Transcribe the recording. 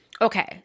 okay